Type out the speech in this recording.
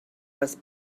was